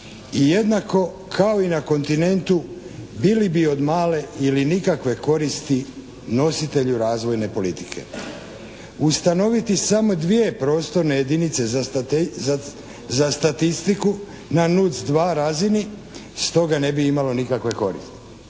jednako kao i na kontinentu bili bi od male ili nikakve koristi nositelju razvojne politike. Ustanoviti samo dvije prostorne jedinice za statistiku na nuc 2 razini, stoga ne bi imalo nikakve koristi.